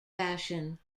fashion